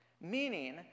Meaning